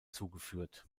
zugeführt